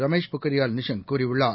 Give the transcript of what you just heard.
ரமேஷ் பொக்ரியால் நிஷாங் கூறியுள்ளார்